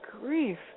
grief